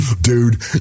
dude